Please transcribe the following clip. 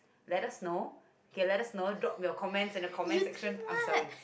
let us know kay let us know drop your comment in the comment section I'm sorry